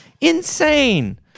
Insane